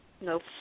Nope